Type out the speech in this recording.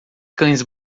cães